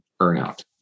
earnout